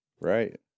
right